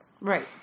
Right